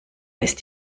ist